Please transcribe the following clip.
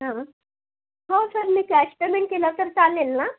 हां हो सर मी कॅश पेमेंट केलं तर चालेल ना